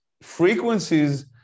frequencies